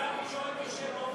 והיום לא נוח לכם,